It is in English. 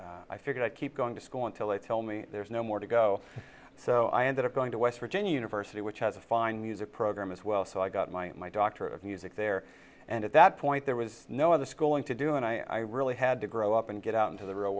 and i figured i'd keep going to school until they tell me there's no more to go so i ended up going to west virginia university which has a fine music program as well so i got my my doctorate of music there and at that point there was no other schooling to do and i really had to grow up and get out into the real